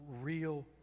real